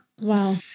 Wow